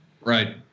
Right